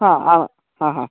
हा आ हा हा